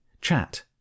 chat